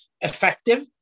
effective